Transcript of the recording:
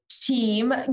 team